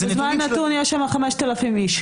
כשבזמן נתון יש שם 5,000 אנשים,